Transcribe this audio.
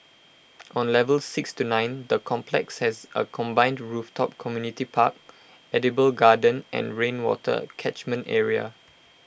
on levels six to nine the complex has A combined rooftop community park edible garden and rainwater catchment area